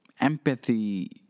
empathy